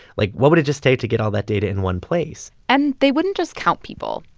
like, what would it just take to get all that data in one place? and they wouldn't just count people.